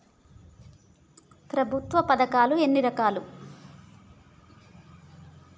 ప్రభుత్వ పథకాలు ఎన్ని రకాలు?